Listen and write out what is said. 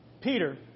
Peter